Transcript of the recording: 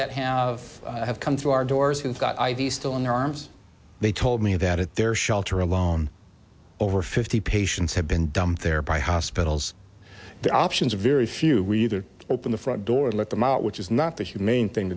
that have have come through our doors and got i v still in their arms they told me that at their shelter alone over fifty patients had been dumped there by hospitals the options are very few we either open the front door and let them out which is not the humane thing